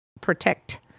protect